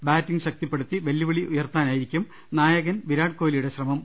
batting ശക്തിപ്പെടുത്തി വെല്ലുവിളി ഉയർത്താനാവും നായകൻ വിരാട് കോഹ്ലിയുടെ ശ്രമം